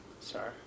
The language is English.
Sorry